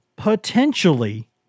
potentially